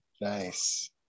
Nice